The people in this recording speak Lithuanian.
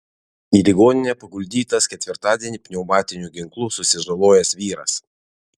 į ligoninę paguldytas ketvirtadienį pneumatiniu ginklu susižalojęs vyras